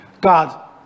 God